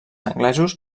anglesos